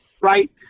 right